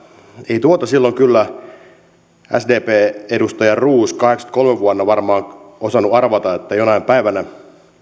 ei silloin kyllä sdpn edustaja roos vuonna kahdeksankymmentäkolme varmaan osannut arvata että jonain päivänä